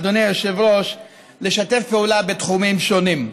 אדוני היושב-ראש, לשתף פעולה בתחומים שונים.